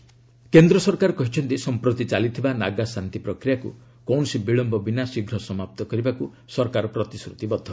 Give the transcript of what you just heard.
Naga peace talk କେନ୍ଦ୍ର ସରକାର କହିଛନ୍ତି ସଫପ୍ରତି ଚାଲିଥିବା ନାଗା ଶାନ୍ତି ପ୍ରକ୍ରିୟାକୁ କୌଣସି ବିଳୟ ବିନା ଶୀଘ୍ର ସମାପ୍ତ କରିବାକୁ ସରକାର ପ୍ରତିଶ୍ରତିବଦ୍ଧ